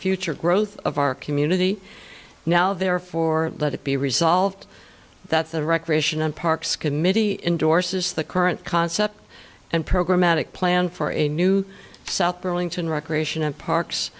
future growth of our community now therefore let it be resolved that the recreation and parks committee endorses the current concept and programatic plan for a new south burlington recreation and parks